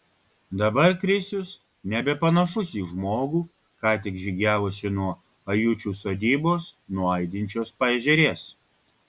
dabar krisius nebepanašus į žmogų ką tik žygiavusį nuo ajučių sodybos nuo aidinčios paežerės